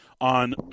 on –